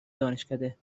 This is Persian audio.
دانشکده